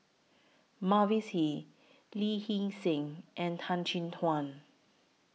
Mavis Hee Lee Hee Seng and Tan Chin Tuan